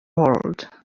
world